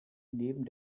neben